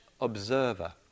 observer